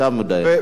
אה, עכשיו נכון.